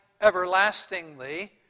everlastingly